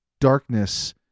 darkness